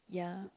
yeah